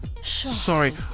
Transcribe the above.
sorry